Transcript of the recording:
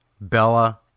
Bella